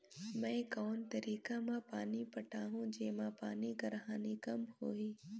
मैं कोन तरीका म पानी पटाहूं जेमा पानी कर हानि कम होही?